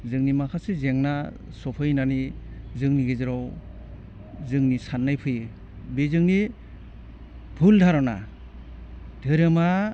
जोंनि माखासे जेंना सफैनानै जोंनि गेजेराव जोंनि साननाय फैयो बे जोंनि भुल धार'ना धोरोमा